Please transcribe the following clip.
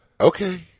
Okay